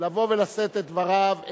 לבוא ולשאת את דבריו.